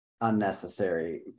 Unnecessary